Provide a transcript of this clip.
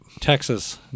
Texas